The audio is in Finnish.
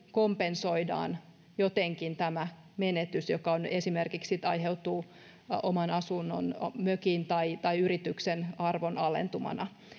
kompensoidaan jotenkin tämä menetys joka aiheutuu esimerkiksi oman asunnon mökin tai tai yrityksen arvonalentumana